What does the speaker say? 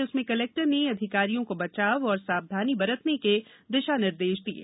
जिसमें कलेक्टर ने अधिकारियों को बचाव और सावधानी बरतने के दिशानिर्देश दिये